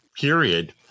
period